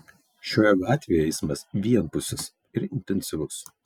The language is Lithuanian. šioje gatvėje eismas vienpusis ir intensyvus